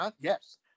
Yes